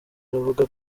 aravuga